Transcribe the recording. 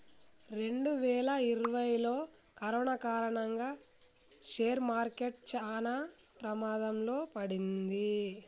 రెండువేల ఇరవైలో కరోనా కారణంగా షేర్ మార్కెట్ చానా ప్రమాదంలో పడింది